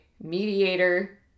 mediator